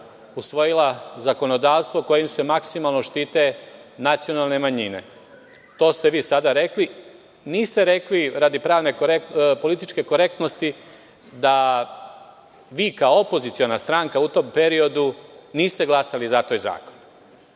usvojila zakonodavstvo kojim se maksimalno štite nacionalne manjine. To ste vi sada rekli. Niste rekli radi političke korektnosti, da vi kao opoziciona stranka u tom periodu niste glasali za taj zakon.